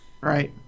Right